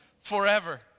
forever